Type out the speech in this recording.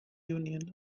union